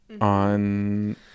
on